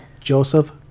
Joseph